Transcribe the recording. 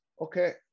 Okay